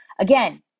Again